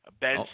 Ben